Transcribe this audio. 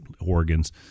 organs